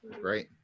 right